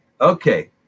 Okay